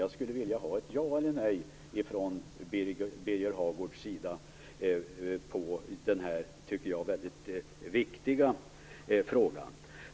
Jag skulle vilja ha ett ja eller ett nej från Birger Hagård på denna som jag tycker väldigt viktiga fråga.